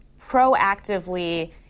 proactively